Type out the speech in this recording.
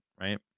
right